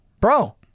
bro